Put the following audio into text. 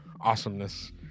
awesomeness